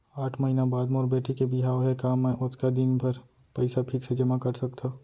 आठ महीना बाद मोर बेटी के बिहाव हे का मैं ओतका दिन भर पइसा फिक्स जेमा कर सकथव?